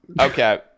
okay